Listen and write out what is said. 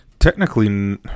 Technically